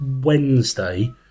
Wednesday